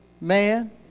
Man